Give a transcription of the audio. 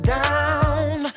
down